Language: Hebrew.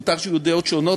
מותר שיהיו דעות שונות,